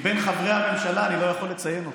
מבין חברי הממשלה אני לא יכול לציין אותך,